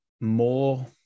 more